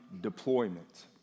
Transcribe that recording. deployment